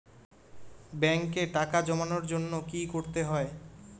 ব্যাংকে টাকা জমানোর জন্য কি কি করতে হয়?